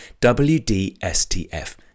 WDSTF